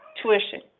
tuition